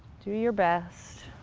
do your best.